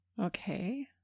Okay